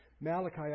Malachi